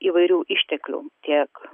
įvairių išteklių tiek